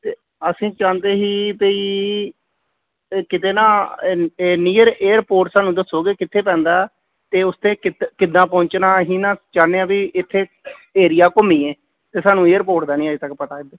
ਅਤੇ ਅਸੀਂ ਚਾਹੁੰਦੇ ਸੀ ਬਈ ਕਿਤੇ ਨਾ ਨੀਅਰ ਏਅਰਪੋਰਟ ਸਾਨੂੰ ਦੱਸੋਗੇ ਕਿੱਥੇ ਪੈਂਦਾ ਅਤੇ ਉਸ 'ਤੇ ਕਿਦ ਕਿੱਦਾਂ ਪਹੁੰਚਣਾ ਅਸੀਂ ਨਾ ਚਾਹੁੰਦੇ ਹਾਂ ਵੀ ਇੱਥੇ ਏਰੀਆ ਘੁੰਮੀਏ ਅਤੇ ਸਾਨੂੰ ਏਅਰਪੋਰਟ ਦਾ ਨਹੀਂ ਅਜੇ ਤੱਕ ਪਤਾ